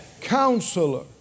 Counselor